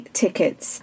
tickets